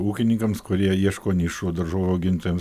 ūkininkams kurie ieško nišų daržovių augintojams